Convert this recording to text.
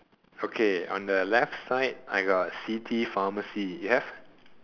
okay on the left side I got city pharmacy you have